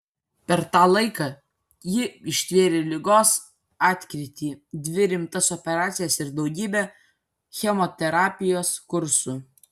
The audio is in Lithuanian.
per tą laiką ji ištvėrė ligos atkrytį dvi rimtas operacijas ir daugybę chemoterapijos kursų